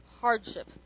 hardship